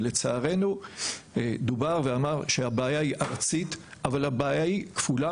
ולצערנו דובר ונאמר שהבעיה היא ארצית אבל הבעיה היא כפולה